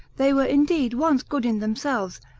they were indeed once good in themselves,